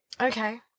Okay